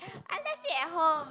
I left it at home